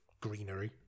greenery